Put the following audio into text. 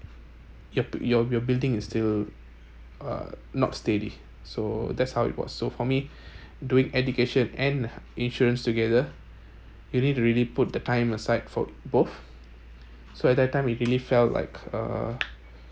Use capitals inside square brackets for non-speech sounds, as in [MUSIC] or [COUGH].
your your your building is still uh not steady so that's how it was so for me [BREATH] doing education and insurance together you need to really put the time aside for both so at that time it really felt like uh